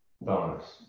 bonus